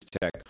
Tech